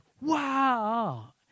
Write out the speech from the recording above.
wow